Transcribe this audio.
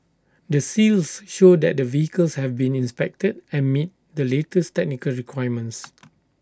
the seals show that the vehicles have been inspected and meet the latest technical requirements